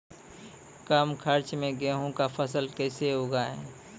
कम खर्च मे गेहूँ का फसल कैसे उगाएं?